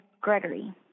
Gregory